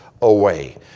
away